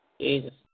Jesus